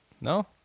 No